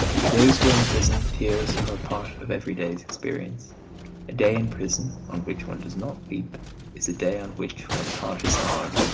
to those who are in prison tears are a part of every day's experience. a day in prison on which one does not weep is a day on which one's heart is hard,